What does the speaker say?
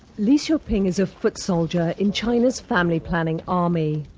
lee she ping is a foot soldiers in china's family planning army,